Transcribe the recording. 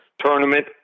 Tournament